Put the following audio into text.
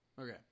Okay